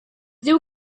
diu